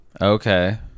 okay